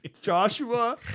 Joshua